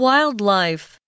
Wildlife